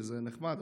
וזה נחמד,